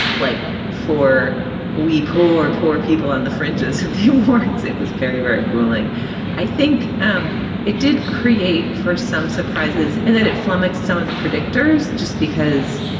like for we poor, poor people on the fringes of the awards. it was very, very grueling i think um it it did create for some surprises in that it flummoxed some of the predictors just because.